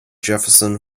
jefferson